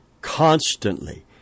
constantly